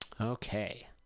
Okay